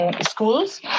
schools